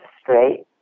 straight